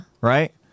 Right